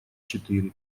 четыре